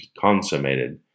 consummated